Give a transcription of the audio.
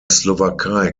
slowakei